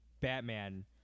Batman